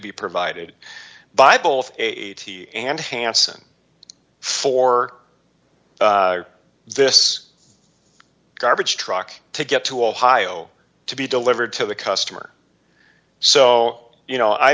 be provided by both eighty and hansen for this garbage truck to get to ohio to be delivered to the customer so you know i